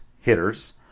hitters